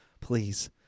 please